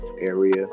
area